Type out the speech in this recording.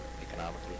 economically